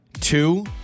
two